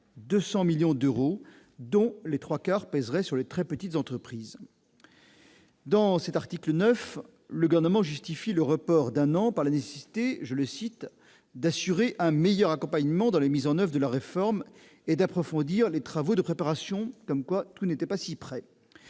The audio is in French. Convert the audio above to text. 1,2 milliard d'euros, dont les trois quarts pèseraient sur les très petites entreprises. Dans cet article 9, le Gouvernement justifie le report d'un an par la nécessité d'« assurer un meilleur accompagnement dans la mise en oeuvre de la réforme » et d'approfondir les travaux de préparation. Il faut croire que tout n'était pas si prêt